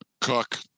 cook